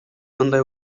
мындай